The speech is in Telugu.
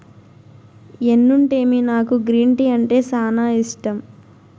ఎన్నుంటేమి నాకు గ్రీన్ టీ అంటే సానా ఇష్టం